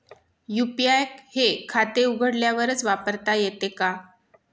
UPI हे खाते उघडल्यावरच वापरता येते का?